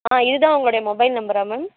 ஆ இது தான் உங்களுடைய மொபைல் நம்பரா மேம்